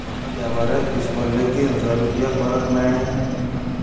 म्हाका देवाऱ्यांत घुसपल्ले तीन हजार रुपया परत मेळ्ळे